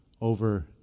over